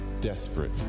desperate